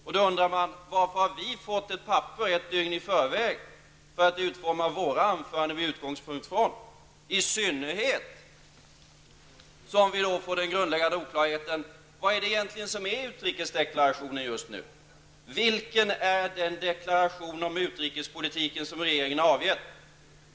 Man kan undra varför vi har fått ett dokument ett dygn i förväg, om inte för att kunna utforma våra anföranden med utgångspunkt från detta ställs här inför en grundläggande oklarhet. Vad är det egentligen som är utrikesdeklarationen just nu? Vilken deklaration om utrikespolitiken är det som regeringen avgett?